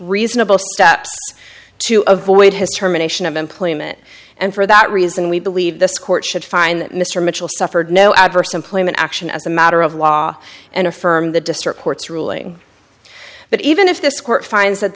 reasonable steps to avoid his terminations of employment and for that reason we believe this court should find that mr mitchell suffered no adverse employment action as a matter of law and affirmed the district court's ruling but even if this court finds that